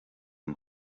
den